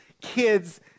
kids